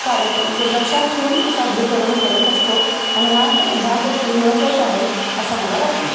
कार्यक लक्षात ठेऊन सादरीकरण करत असतो आणि ह्या ह्या गोष्टी महत्त्वाच्या आहेत असं मला वाटतं